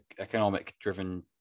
economic-driven